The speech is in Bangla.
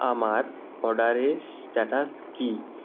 আমার অরডারের স্ট্যাটাস কী